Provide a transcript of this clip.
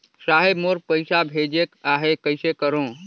साहेब मोर पइसा भेजेक आहे, कइसे करो?